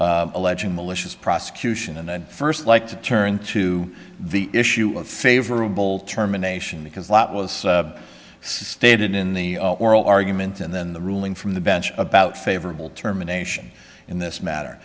matter alleging malicious prosecution and first like to turn to the issue of favorable terminations because a lot was stated in the oral argument and then the ruling from the bench about favorable terminations in this matter